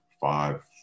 five